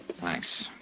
Thanks